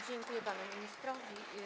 Dziękuję panu ministrowi.